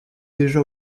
déjà